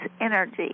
energy